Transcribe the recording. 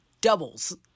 Doubles